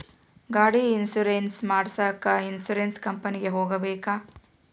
ಗಾಡಿ ಇನ್ಸುರೆನ್ಸ್ ಮಾಡಸಾಕ ಇನ್ಸುರೆನ್ಸ್ ಕಂಪನಿಗೆ ಹೋಗಬೇಕಾ?